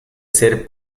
ser